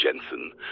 Jensen